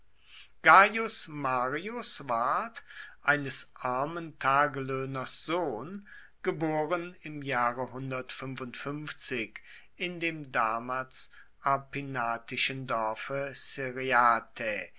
marius ward eines armen tagelöhners sohn geboren im jahre in dem damals arpinatischen dorfe cereatae